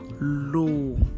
low